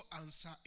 answer